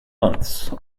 months